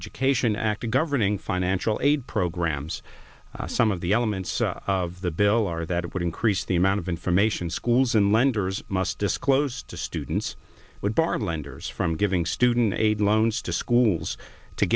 education act a governing financial aid programs some of the elements of the bill are that it would increase the amount of information schools and lenders must disclose to students would bar lenders from giving student aid loans to schools to